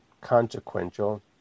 consequential